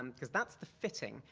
um cause that's the fitting.